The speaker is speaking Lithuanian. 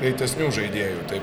greitesnių žaidėjų taip kad